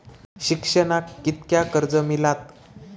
शिक्षणाक कीतक्या कर्ज मिलात?